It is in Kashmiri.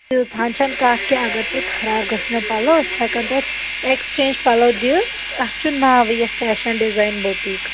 تیٖژ ہن چھنہٕ کتھ کیٚنٛہہ اگر تۄہہِ خراب گژھہِ نا پَلو أسۍ چھ ہٮ۪کان تتھ اٮ۪کسچینج پَلو دِتھ اَسہِ چُھ ناوٕے یتھ فیشن ڈِزاین بوٹیٖک